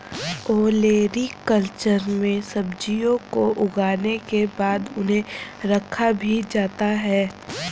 olericulture में सब्जियों को उगाने के बाद उन्हें रखा भी जाता है